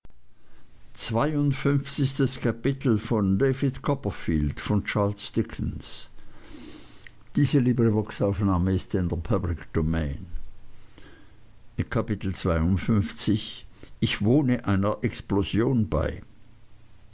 ich wohne einer explosion bei